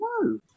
No